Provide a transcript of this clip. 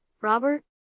Robert